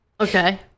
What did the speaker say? Okay